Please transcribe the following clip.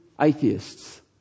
atheists